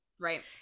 right